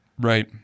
right